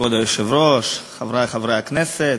כבוד היושב-ראש, חברי חברי הכנסת,